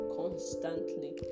constantly